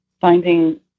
finding